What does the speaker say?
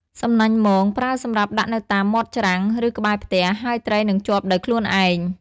សំណាញ់មង ប្រើសម្រាប់ដាក់នៅតាមមាត់ច្រាំង ឬក្បែរផ្ទះ ហើយត្រីនឹងជាប់ដោយខ្លួនឯង។